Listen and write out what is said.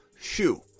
shoe